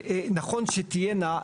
נכון שתהיינה,